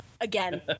again